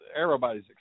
everybody's